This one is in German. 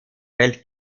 feld